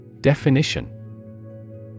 Definition